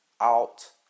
out